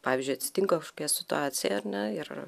pavyzdžiui atsitinka kažkokia situacija ar ne ir